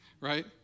Right